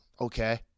Okay